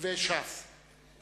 וסיעת ש"ס